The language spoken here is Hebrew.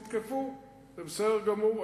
תתקפו, זה בסדר גמור.